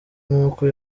nk’uko